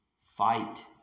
fight